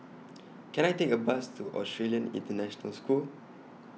Can I Take A Bus to Australian International School